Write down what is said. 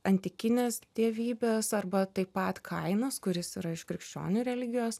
antikinės dievybės arba taip pat kainas kuris yra iš krikščionių religijos